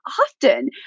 often